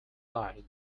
light